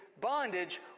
bondage